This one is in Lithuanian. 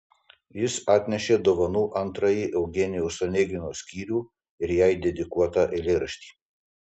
jis atnešė dovanų antrąjį eugenijaus onegino skyrių ir jai dedikuotą eilėraštį